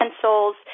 pencils